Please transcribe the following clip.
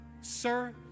Sir